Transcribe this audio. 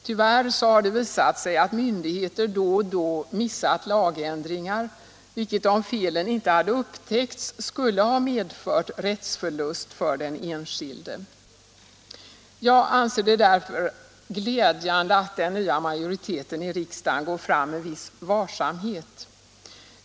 Tyvärr har det visat sig att myndigheter då och då missat lagändringar, vilket om felen inte upptäckts skulle ha medfört rättsförlust för den enskilde. Jag anser därför att det är glädjande att den nya majoriteten i riksdagen går fram med viss varsamhet.